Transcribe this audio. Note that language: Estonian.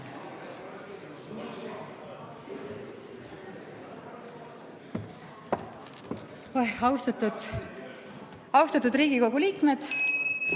Austatud Riigikogu liikmed!